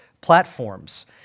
platforms